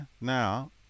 now